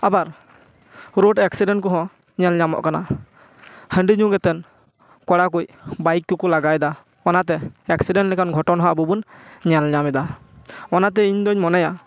ᱟᱵᱟᱨ road accident ᱠᱚᱦᱚᱸ ᱧᱮᱞ ᱧᱟᱢᱚᱜ ᱠᱟᱱᱟ ᱦᱟᱺᱰᱤ ᱧᱩ ᱠᱟᱛᱮᱜ ᱠᱚᱲᱟ ᱠᱚᱡ ᱵᱟᱭᱤᱠ ᱠᱚᱠᱚ ᱞᱟᱜᱟᱭᱫᱟ ᱚᱱᱟ ᱛᱮ ᱮᱠᱥᱮᱰᱮᱱ ᱞᱮᱠᱟᱱ ᱜᱷᱚᱴᱚᱱ ᱦᱚᱸ ᱟᱵᱚ ᱵᱚᱱ ᱧᱮᱞ ᱧᱟᱢ ᱮᱫᱟ ᱚᱱᱟ ᱤᱧ ᱫᱚᱹᱧ ᱢᱚᱱᱮᱭᱟ